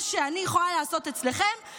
מה שאני יכולה לעשות אצלכם,